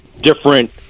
different